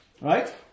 right